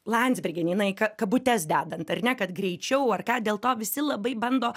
landsbergienei na į ka kabutes dedant ar ne kad greičiau ar ką dėl to visi labai bando